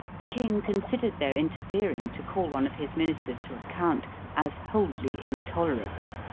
the king considered their interfering to call one of his ministers to account as wholly intolerable.